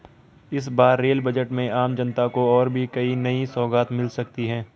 इस बार rail budget में आम जनता को और भी कई नई सौगात मिल सकती हैं